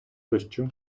дощу